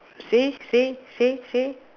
see see see see